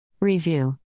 Review